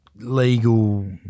legal